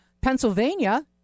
Pennsylvania